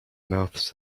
mouths